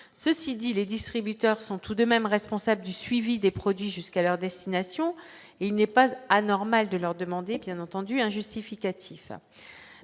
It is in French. ceci dit, les distributeurs sont tout de même responsable du suivi des produits jusqu'à leur destination et il n'est pas anormal de leur demander bien entendu un justificatif